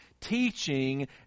teaching